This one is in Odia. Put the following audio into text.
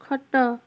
ଖଟ